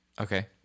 okay